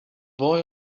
boy